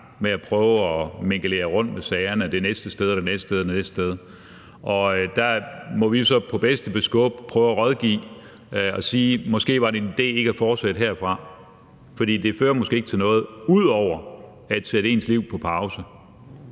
med at prøve at mingelere rundt med sagerne det næste sted og det næste sted og det næste sted. Der må vi jo så på bedste beskub prøve at rådgive og sige, at det måske var en idé ikke at fortsætte herfra. For det fører måske ikke til noget ud over at sætte ens liv på pause.